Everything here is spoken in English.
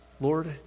Lord